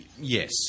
Yes